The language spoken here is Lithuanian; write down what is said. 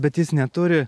bet jis neturi